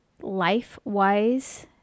life-wise